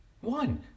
One